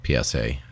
PSA